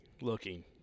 looking